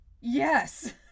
yes